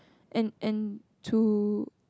and and to